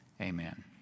amen